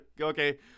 Okay